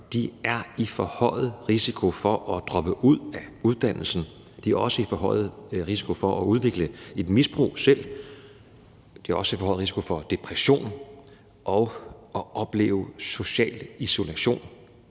er i forhøjet risiko for at droppe ud af deres uddannelse, at de er i forhøjet risiko for selv at udvikle et misbrug, og at de også er i forhøjet risiko for depression og for at opleve social isolation